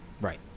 Right